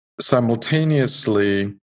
simultaneously